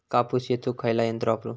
कापूस येचुक खयला यंत्र वापरू?